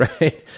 right